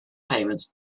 payments